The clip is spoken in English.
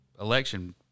election